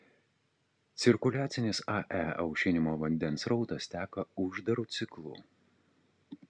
cirkuliacinis ae aušinimo vandens srautas teka uždaru ciklu